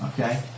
Okay